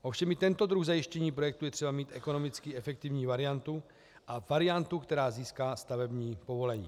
Ovšem i pro tento druh zajištění projektu je třeba mít ekonomicky efektivní variantu a variantu, která získá stavební povolení.